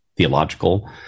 theological